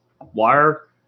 wire